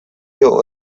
ill